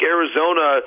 Arizona